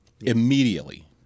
immediately